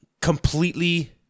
completely